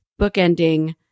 bookending